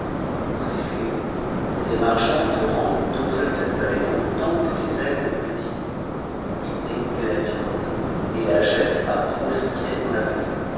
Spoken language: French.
en effet ces marchands se rendent auprès de cette vallée dms le temps que les aigles ont des petits ils découpent de la viande et h jettent par grosses pièces dans la vallée